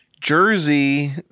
Jersey